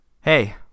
hey